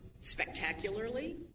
spectacularly